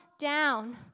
down